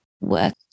work